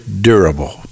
durable